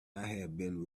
been